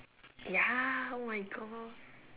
ya oh my god